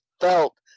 felt